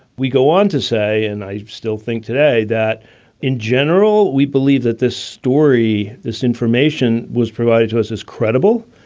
we go on to say, and i still think today that in general we believe that this story, this information was provided to us is credible.